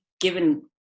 given